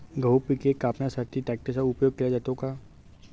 गहू पिके कापण्यासाठी ट्रॅक्टरचा उपयोग केला जातो का?